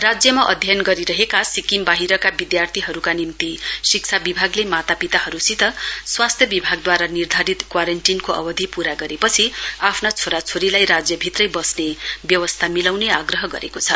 राज्यमा अध्ययन गरिरहेका सिक्किम बाहिरका विद्यार्थीहरूका निम्ति शिक्षा विभागले मातापिताहरूसित स्वास्थ्य विभागद्वारा निर्धारित क्वारेन्टीनको अवधि पूरा गरेपछि आफ्ना छोरा छोरीलाई राज्यभित्रै बस्ने व्यवस्था मिलाउने गर्ने आग्रह गरेको छ